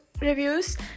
reviews